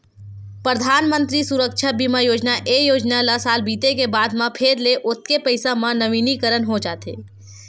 परधानमंतरी सुरक्छा बीमा योजना, ए योजना ल साल बीते के बाद म फेर ले ओतके पइसा म नवीनीकरन हो जाथे